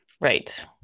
right